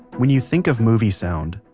when you think of movie sound,